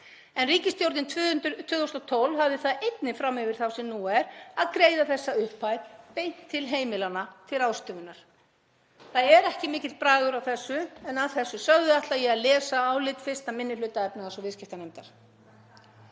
en ríkisstjórnin 2012 hafði það einnig það fram yfir þá sem nú er að greiða þessa upphæð beint til heimilanna til ráðstöfunar. Það er ekki mikill bragur á þessu en að þessu sögðu ætla ég að lesa álit fyrsta minni hluta efnahags- og viðskiptanefndar.